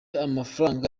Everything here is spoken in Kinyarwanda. n’amafaranga